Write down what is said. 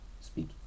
speak